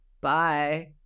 Bye